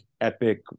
epic